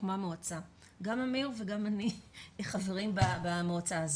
אמיר וגם אני חברים במועצה הזו.